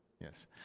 Yes